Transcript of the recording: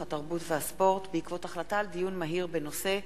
התרבות והספורט בעקבות דיון מהיר בנושא: